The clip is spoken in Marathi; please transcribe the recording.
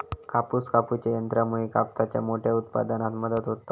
कापूस कापूच्या यंत्रामुळे कापसाच्या मोठ्या उत्पादनात मदत होता